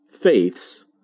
faiths